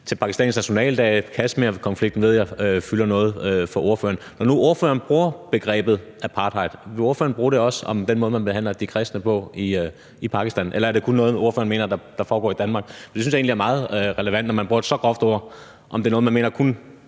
med Pakistans nationaldag, og Kashmirkonflikten ved jeg fylder noget for ordføreren. Når nu ordføreren bruger begrebet apartheid, vil ordføreren så også bruge det om den måde, man behandler de kristne på i Pakistan, eller er det kun noget, ordføreren mener foregår i Danmark? Jeg synes egentlig, det er meget relevant, når man bruger et så groft ord, at få at vide, om det er noget, man mener kun